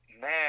man